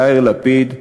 יאיר לפיד,